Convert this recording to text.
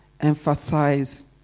emphasize